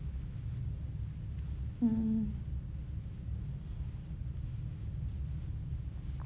mm